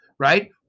Right